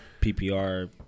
PPR